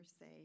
say